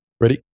Ready